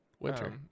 winter